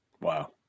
Wow